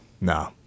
No